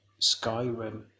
Skyrim